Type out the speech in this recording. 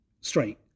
straight